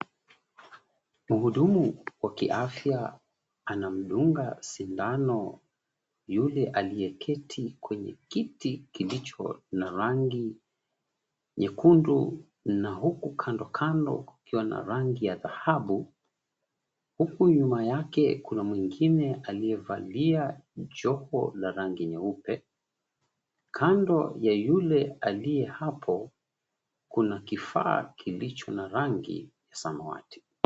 Mhudumu ya kiafya anamdunga sindano yule aliyeketi kwenye kiti kilicho na rangi nyekundu, na huku kandokando kukiwa na rangi ya dhahabu. Huku nyuma yake kuna mwingine aliyevalia joho na rangi nyeupe. Kando na yule aliye hapo na kifaa kilicho na rangi ya samawati.